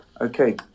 Okay